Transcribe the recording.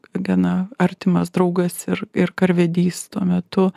gana artimas draugas ir ir karvedys tuo metu